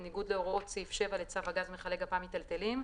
בניגוד להוראות סעיף 7 לצו הגז מכלי גפ"מ מיטלטלים,250,